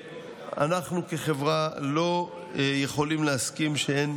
אנחנו כחברה לא יכולים להסכים שהן